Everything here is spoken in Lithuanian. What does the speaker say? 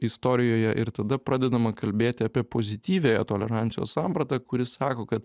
istorijoje ir tada pradedama kalbėti apie pozityviąją tolerancijos sampratą kuri sako kad